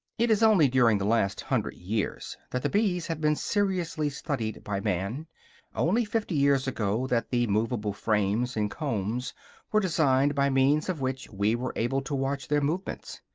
it is only during the last hundred years that the bees have been seriously studied by man only fifty years ago that the movable frames and combs were designed by means of which we were able to watch their movements.